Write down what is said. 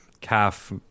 Calf